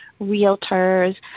realtors